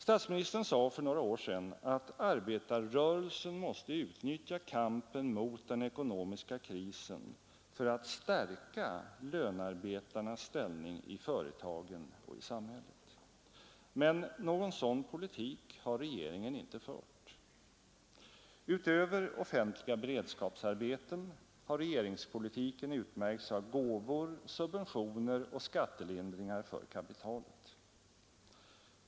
Statsministern sade för några år sedan att arbetarrörelsen måste utnyttja kampen mot den ekonomiska krisen för att stärka lönarbetarnas ställning i företagen och i samhället. Men någon sådan politik har regeringen inte fört. Utöver offentliga beredskapsarbeten har regeringspolitiken utmärkts av gåvor, subventioner och skattelindringar för kapitalet.